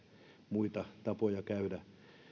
muita tapoja käydä